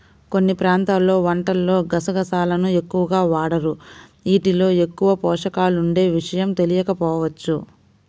కొన్ని ప్రాంతాల్లో వంటల్లో గసగసాలను ఎక్కువగా వాడరు, యీటిల్లో ఎక్కువ పోషకాలుండే విషయం తెలియకపోవచ్చు